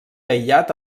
aïllat